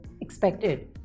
expected